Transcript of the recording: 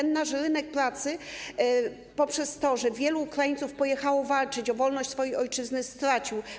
Nasz rynek pracy, poprzez to, że wielu Ukraińców pojechało walczyć o wolność swojej ojczyzny, stracił.